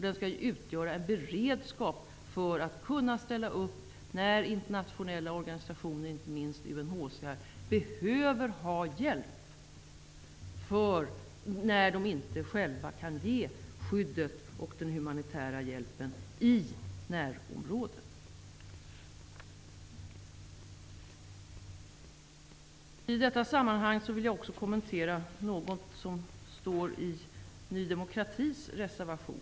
Den skall utgöra en beredskap för att kunna ställa upp när internationella organisationer, inte minst UNHCR, behöver ha hjälp när de inte själva kan ge skyddet och den humanitära hjälpen i närområdet. I detta sammanhang vill jag också kommentera något som står i Ny demokratis reservation.